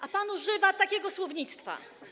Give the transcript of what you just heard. A pan używa takiego słownictwa.